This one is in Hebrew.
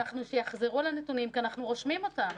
שיחזרו על הנתונים כי אנחנו רושמים אותם.